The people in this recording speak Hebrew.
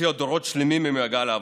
שהוציאה דורות שלמים ממעגל העבודה.